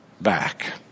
back